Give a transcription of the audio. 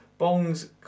bongs